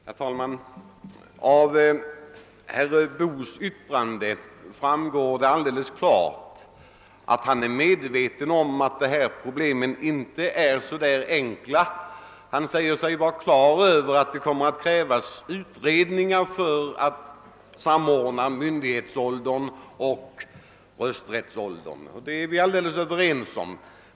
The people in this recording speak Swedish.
Herr talman! Av herr Boos yttrande framgår alldeles klart att han är medveten om att de här problemen inte är så enkla. Han sade sig vara på det klara med att det kommer att krävas utredningar för samordning av myndighetsåldern och rösträttsåldern, och vi är alldeles överens härom.